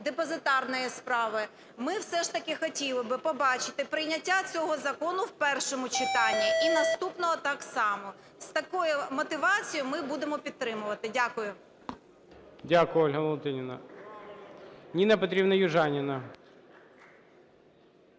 депозитарної справи, ми все ж таки хотіли би побачити прийняття цього закону в першому читанні і наступного так само. З такою мотивацією ми будемо підтримувати. Дякую. ГОЛОВУЮЧИЙ. Дякую, Ольга Валентинівна. Ніна Петрівна Южаніна.